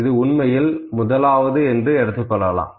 இது உண்மையில் முதலாவது என்று எடுத்துக்கொள்ளலாம்